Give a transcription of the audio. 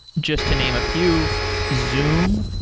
just to name a few zoom,